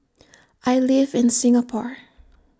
I live in Singapore